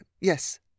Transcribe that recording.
yes